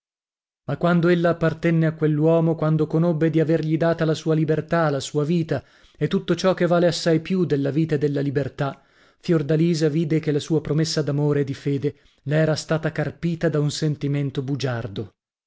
ma quando ella appartenne a quell'uomo quando conobbe di avergli data la sua libertà la sua vita e tutto ciò che vale assai più della vita e della libertà fiordalisa vide che la sua promessa d'amore e di fede le era stata carpita da un sentimento bugiardo